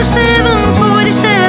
747